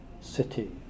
city